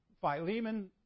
Philemon